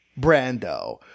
Brando